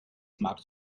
machst